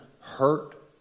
hurt